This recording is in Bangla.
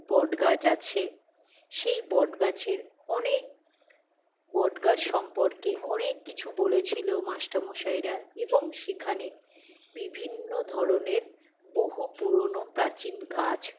বটগাছ আছে সেই বট গাছের অনেক বট গাছ সম্পর্কে অনেক কিছু বলেছিল মাস্টারমশাইরা এবং সেখানে বিভিন্ন ধরনের বহু পুরনো প্রাচীন গাছ